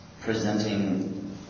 presenting